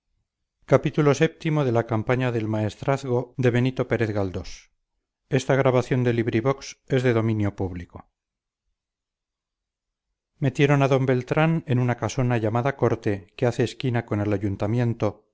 metieron a d beltrán en una casona llamada corteque hace esquina con el ayuntamiento